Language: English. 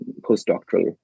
postdoctoral